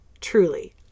Truly